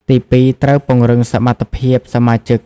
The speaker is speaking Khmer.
ទីពីរ ត្រូវ ពង្រឹងសមត្ថភាពសមាជិក។